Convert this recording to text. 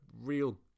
real